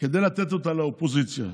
כדי לתת אותה לאופוזיציה.